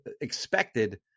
expected